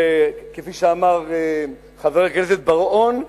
וכפי שאמר חבר הכנסת בר-און,